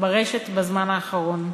ברשת בזמן האחרון.